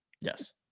Yes